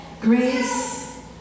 Grace